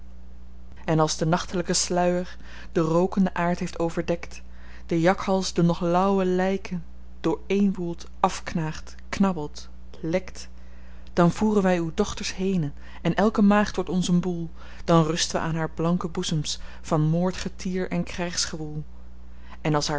en als de nachtelyke sluier de rookende aard heeft overdekt de jakhals de nog lauwe lyken dooreenwoelt afknaagt knabbelt lekt dan voeren wy uw dochters henen en elke maagd wordt ons een boel dan rusten we aan haar blanke boezems van moordgetier en krygsgewoel en als